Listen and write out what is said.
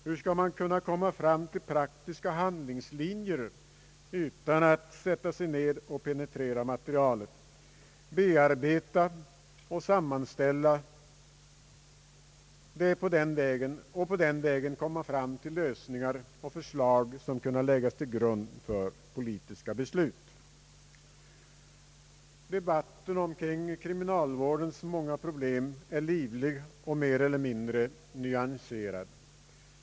Hur skall man komma fram till praktiska handlingslinjer utan att sätta sig ned och penetrera materialet, bearbeta och sammanställa det och på den vägen komma fram till lösningar och förslag, som kan läggas till grund för politiska beslut? Debatten — kring «kriminalvårdens många problem är livlig och mer eller mindre nyanserad.